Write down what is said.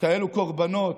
כאלה קורבנות,